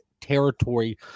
territory